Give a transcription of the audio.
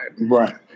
Right